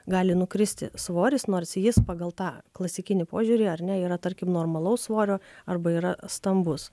gali nukristi svoris nors jis pagal tą klasikinį požiūrį ar ne yra tarkim normalaus svorio arba yra stambus